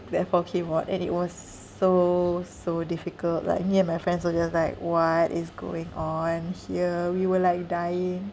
that four K mod and it was s~ so so difficult like me and my friends were just like what is going on here we were like dying